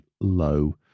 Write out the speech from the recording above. low